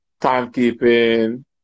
timekeeping